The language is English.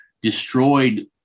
destroyed